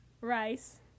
rice